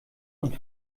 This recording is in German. und